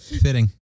fitting